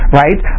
right